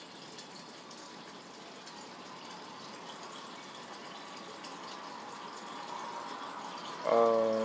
um